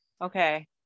Okay